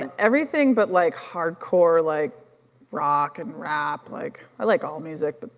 and everything but like hardcore like rock and rap, like i like all music, but